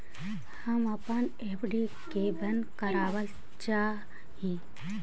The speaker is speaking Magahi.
हम अपन एफ.डी के बंद करावल चाह ही